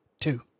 Two